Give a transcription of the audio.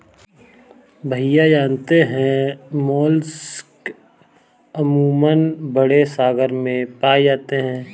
भैया जानते हैं मोलस्क अमूमन बड़े सागर में पाए जाते हैं